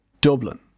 Dublin